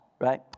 right